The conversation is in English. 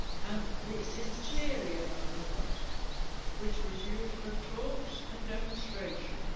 and the interior of the hut which was used for talks and demonstrations